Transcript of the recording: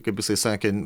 kaip jisai sakė